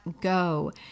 go